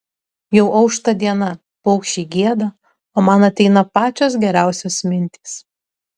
jau aušta diena paukščiai gieda o man ateina pačios geriausios mintys